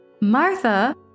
Martha